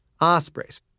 Ospreys